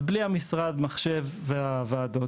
אז בלי המשרד, מחשב וועדות.